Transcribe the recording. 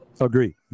agree